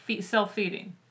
Self-feeding